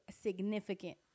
significant